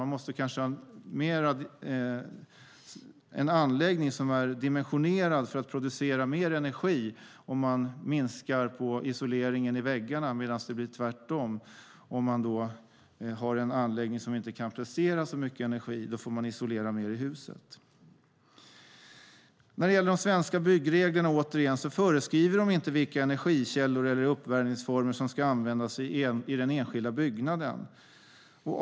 Man måste kanske ha en anläggning som är dimensionerad för att producera mer energi om man minskar på isoleringen i väggarna medan det blir tvärtom om man har en anläggning som inte kan prestera så mycket energi. Då får man isolera mer i huset. De svenska byggreglerna föreskriver inte vilka energikällor eller uppvärmningsformer som ska användas i den enskilda byggnaden.